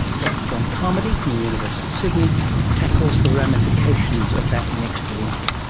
dr. john carmody from the university of sydney tackles the ramifications of that next week.